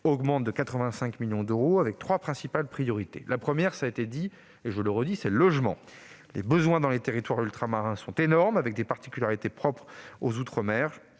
augmentent de 85 millions d'euros, avec trois priorités. La première, je le répète, c'est le logement. Les besoins dans les territoires ultramarins sont énormes. Les particularités propres aux outre-mer-